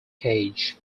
cage